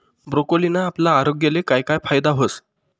ब्रोकोलीना आपला आरोग्यले काय काय फायदा व्हस